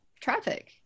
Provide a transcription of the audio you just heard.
traffic